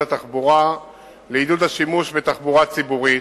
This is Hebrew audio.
התחבורה לעידוד השימוש בתחבורה ציבורית.